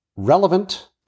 Relevant